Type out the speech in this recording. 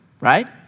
Right